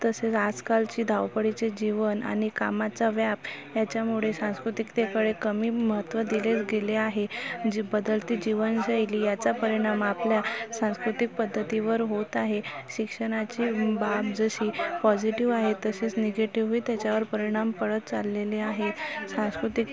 आजकालचे धावपळीचे जीवन आणि कामाचा व्याप याच्यामुळे सांस्कृतिकतेकडे कमी महत्त्व दिले गेले आहे जी बदलती जीवनशैली याचा परिणाम आपल्या सांस्कृतिक पद्धतीवर होत आहे शिक्षणाची बाब जशी पॉसिटीव्ह आहे तसेच नेगेटिव्हही त्याच्यावर परिणाम पडत चाललेले आहेत सांस्कृतिकते